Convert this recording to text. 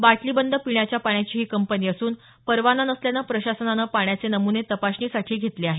बाटलीबंद पिण्याच्या पाण्याची ही कंपनी असून परवाना नसल्यानं प्रशासनानं पाण्याचे नमुने तपासणीसाठी घेतले आहेत